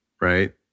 right